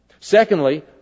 Secondly